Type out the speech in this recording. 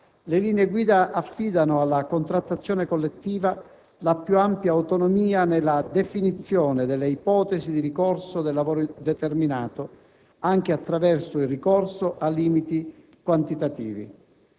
le linee guida affidano alla contrattazione collettiva la più ampia autonomia nella definizione delle ipotesi di ricorso del lavoro determinato anche attraverso il ricorso a limiti quantitativi.